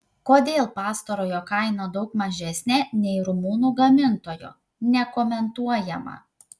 kodėl pastarojo kaina daug mažesnė nei rumunų gamintojo nekomentuojama